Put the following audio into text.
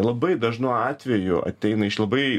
labai dažnu atveju ateina iš labai